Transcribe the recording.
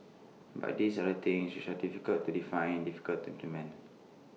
but these are everything which are difficult to define difficult to implement